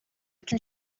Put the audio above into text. can